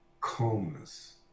calmness